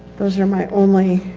those are my only